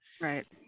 right